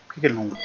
you